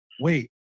wait